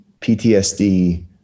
PTSD